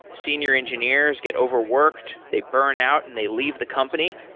senior engineers get overworked. they burnout and they leave the company.